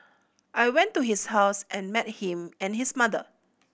I went to his house and met him and his mother